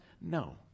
No